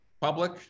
public